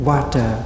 Water